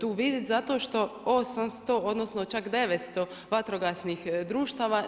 tu vidjeti zato što 800 odnosno, čak 900 vatrogasnih društava.